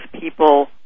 people